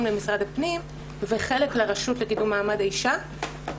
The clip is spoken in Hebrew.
למשרד הפנים וחלק לרשות לקידום מעמד האישה.